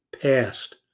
past